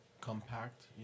compact